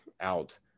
out